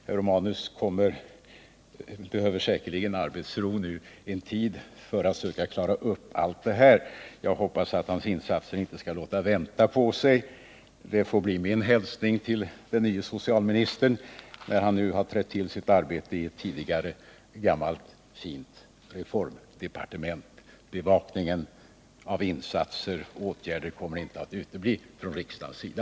Herr Romanus behöver säkerligen arbetsro nu en tid för att söka klara upp allt detta. Jag hoppas att hans insatser inte skall låta vänta på sig. Det får bli min hälsning till den nye socialministern, när han nu börjat sitt arbete i ett tidigare gammalt fint reformdepartement. Bevakningen av insatser och åtgärder kommer inte att utebli från riksdagens sida.